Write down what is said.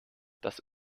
das